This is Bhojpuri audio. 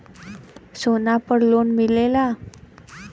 सोना पर लोन मिलेला?